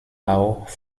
auch